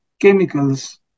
chemicals